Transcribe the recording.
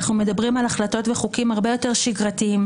אנחנו מדברים על החלטות וחוקים הרבה יותר שגרתיים,